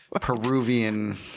Peruvian